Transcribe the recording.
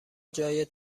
جای